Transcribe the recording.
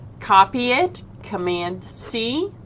copy it command c,